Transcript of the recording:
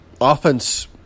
offense